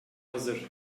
hazır